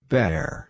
Bear